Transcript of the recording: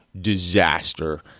disaster